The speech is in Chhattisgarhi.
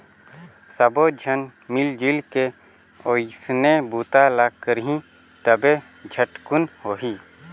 सब्बो झन मिलजुल के ओइसने बूता ल करही तभे झटकुन होही